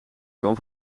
kwam